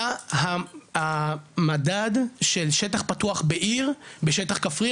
מה המדד של שטח פתוח בעיר בשטח כפרי,